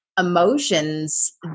emotions